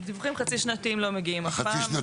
דיווחים חצי-שנתיים לא מגיעים אף פעם.